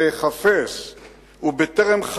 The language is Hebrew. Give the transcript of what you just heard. בהיחפז ובטרם,